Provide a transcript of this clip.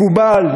מקובל,